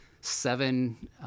seven